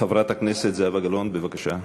חברת הכנסת זהבה גלאון, בבקשה.